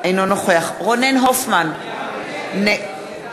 אינו נוכח אני אמרתי נגד.